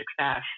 success